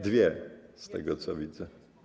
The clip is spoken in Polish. Dwie - z tego, co widzę.